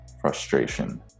frustration